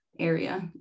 area